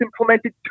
implemented